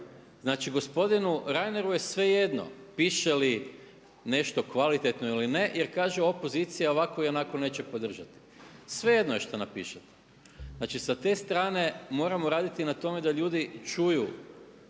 Znači gospodinu Reineru je svejedno piše li nešto kvalitetno ili ne jer kaže opozicija ovako ili onako neće podržati, svejedno je šta napišete. Znači sa te strane moramo raditi na tome da ljudi čuju